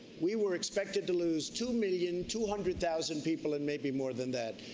we were expected to lose two million two hundred thousand people and maybe more than that.